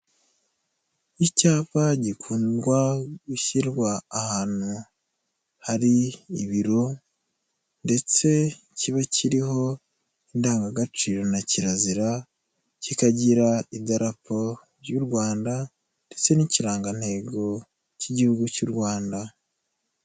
Icyapa gikundwa gushyirwa ahantu hari ibiro ndetse kiba kiriho indangagaciro na kirazira, kikagira idarapo ry'u Rwanda ndetse n'Ikirangantego cy'Igihugu cy'u Rwanda.